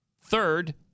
Third